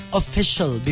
official